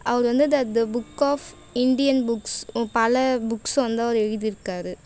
அவர் வந்து the the book of Indian books பல புக்ஸை வந்து அவர் எழுதியிருக்காரு